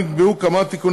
שיידונו בימי שני כמקובל,